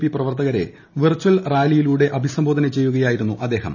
P പ്രവർത്തകരെ virtual റാലിയിലൂടെ അഭിസംബോധന ചെയ്യുകയായിരുന്നു അദ്ദേഹം